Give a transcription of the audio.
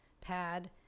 pad